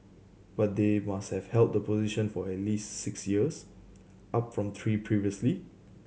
but they must have held the position for at least six years up from three previously